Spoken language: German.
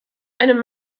einem